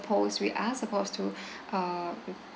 ~posed we are supposed to uh